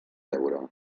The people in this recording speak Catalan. veure